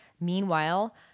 Meanwhile